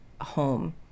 home